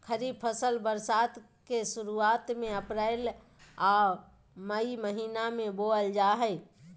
खरीफ फसल बरसात के शुरुआत में अप्रैल आ मई महीना में बोअल जा हइ